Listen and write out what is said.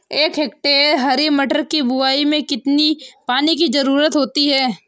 एक हेक्टेयर हरी मटर की बुवाई में कितनी पानी की ज़रुरत होती है?